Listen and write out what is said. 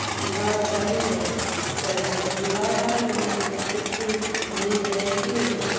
devised by any one so that they can derive arguments against the truth from these very theories,